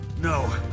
No